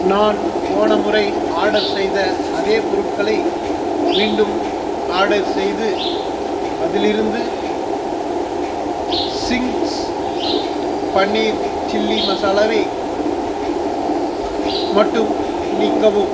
நான் போன முறை ஆர்டர் செய்த அதே பொருட்களை மீண்டும் ஆர்டர் செய்து அதிலிருந்து சிங்க்ஸ் பன்னீர் சில்லி மசாலாவை மட்டும் நீக்கவும்